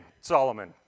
Solomon